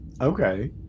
okay